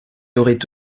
aurait